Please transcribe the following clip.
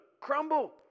crumble